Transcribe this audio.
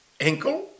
ankle